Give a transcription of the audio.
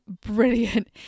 brilliant